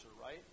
Right